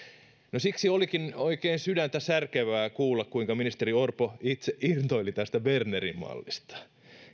no siksi olikin oikein sydäntäsärkevää kuulla kuinka ministeri orpo itse intoili tästä bernerin mallista